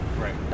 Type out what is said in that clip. Right